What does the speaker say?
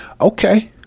Okay